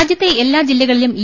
രാജ്യത്തെ എല്ലാ ജില്ലകളിലും ഇ